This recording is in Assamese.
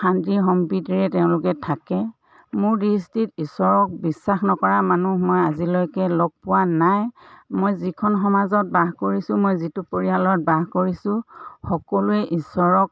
শান্তি সম্প্ৰীতিৰে তেওঁলোকে থাকে মোৰ দৃষ্টিত ঈশ্বৰক বিশ্বাস নকৰা মানুহ মই আজিলৈকে লগ পোৱা নাই মই যিখন সমাজত বাস কৰিছোঁ মই যিটো পৰিয়ালত বাস কৰিছোঁ সকলোৱে ঈশ্বৰক